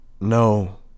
No